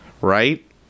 right